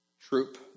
troop